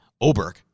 Oberg